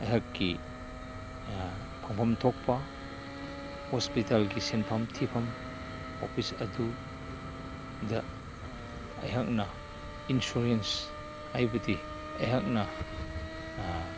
ꯑꯩꯍꯥꯛꯀꯤ ꯐꯪꯐꯝ ꯊꯣꯛꯄ ꯍꯣꯁꯄꯤꯇꯜꯒꯤ ꯁꯤꯟꯐꯝ ꯊꯤꯐꯝ ꯑꯣꯄꯤꯁ ꯑꯗꯨꯗ ꯑꯩꯍꯥꯛꯅ ꯏꯟꯁꯨꯔꯦꯟꯁ ꯍꯥꯏꯕꯗꯤ ꯑꯩꯍꯥꯛꯅ